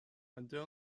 hunter